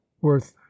worth